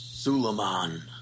Suleiman